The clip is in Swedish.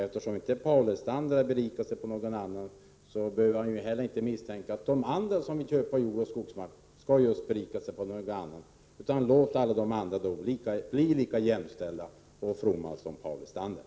Eftersom Paul Lestander inte har berikat sig på någon annan, behöver han ju heller inte misstänka att de andra som vill köpa jordoch skogsmark skall 7n göra det. Låt då alla de andra bli lika jämställda och fromma som Paul Lestander!